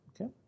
okay